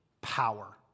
power